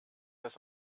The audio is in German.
das